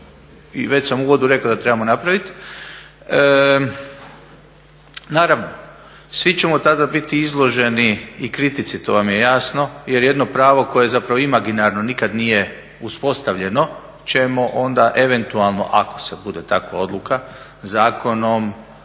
već sam u uvodu rekao da trebamo napraviti. Naravno, svi ćemo tada biti izloženi i kritici to vam je jasno, jer jedno pravno koje je zapravo imaginarno nikad nije uspostavljeno ćemo onda eventualno ako se bude takva odluka zakonom